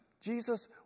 Jesus